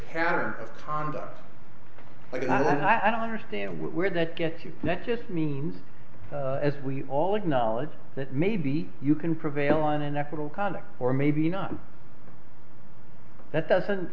pattern of conduct i don't understand where that gets you that just means as we all acknowledge that maybe you can prevail on an acquittal conduct or maybe not that doesn't